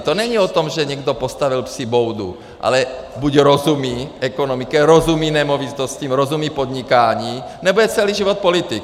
To není o tom, že někdo postavil psí boudu, ale buď rozumí ekonomice, rozumí nemovitostem, rozumí podnikání, nebo je celý život politik.